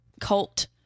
cult